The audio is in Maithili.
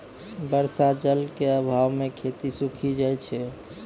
बर्षा जल क आभाव म खेती सूखी जाय छै